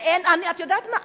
ואין, את יודעת מה?